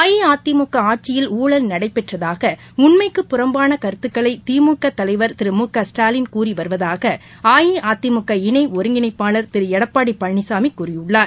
அஇஅதிமுக ஆட்சியில் ஊழல் நடைபெற்றதாக உண்மைக்கு புறம்பான கருத்துக்களை திமுக தலைவர் திரு மு க ஸ்டாலின் கூறி வருவதாக அஇஅதிமுக இணை ஒருங்கிணைப்பாளர் திரு எடப்பாடி பழனிசாமி கூறியுள்ளார்